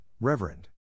Reverend